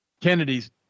Kennedy's